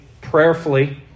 prayerfully